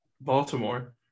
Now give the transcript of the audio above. Baltimore